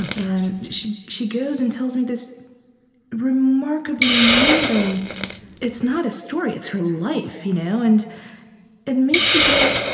and she she goes and tells me this remarkably moving it's not a story it's her life. you know and it makes you go,